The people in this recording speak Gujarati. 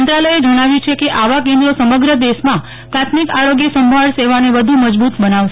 મંત્રાલયે જણાવ્યું છે કે આવા કેન્દ્રો સમગ્ર દેશમાં પ્રાથમિક આરોગ્ય સંભાળ સેવાને વધુ મજબુત બનાવશે